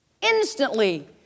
instantly